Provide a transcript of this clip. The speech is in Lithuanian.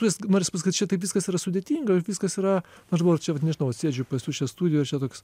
plius noris pasakyt čia taip viskas yra sudėtinga ir viskas yra aš galvoju ar čia vat nežinau vat sėdžiu pas jus čia studijoj ir čia toks